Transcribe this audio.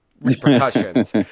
repercussions